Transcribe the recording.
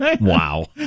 Wow